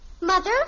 Mother